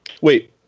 Wait